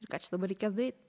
ir ką čia dabar reikės daryt